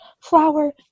Flower